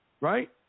Right